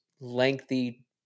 lengthy